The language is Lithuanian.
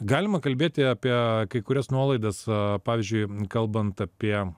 galima kalbėti apie kai kurias nuolaidas pavyzdžiui kalbant apie